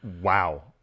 Wow